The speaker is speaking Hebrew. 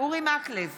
אורי מקלב,